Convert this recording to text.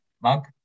Mug